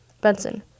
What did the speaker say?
Benson